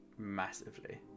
massively